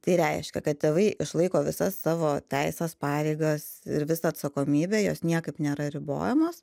tai reiškia kad tėvai išlaiko visas savo teises pareigas ir visą atsakomybę jos niekaip nėra ribojamos